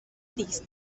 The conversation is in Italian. disc